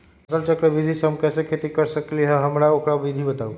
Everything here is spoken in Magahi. फसल चक्र के विधि से हम कैसे खेती कर सकलि ह हमरा ओकर विधि बताउ?